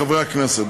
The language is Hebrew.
חברי הכנסת,